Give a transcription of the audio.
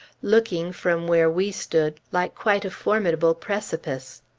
looking, from where we stood, like quite a formidable precipice.